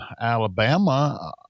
Alabama